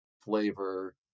flavor